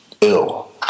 ill